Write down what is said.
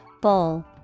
bowl